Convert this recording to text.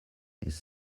his